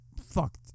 fucked